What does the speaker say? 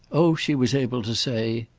oh she was able to say.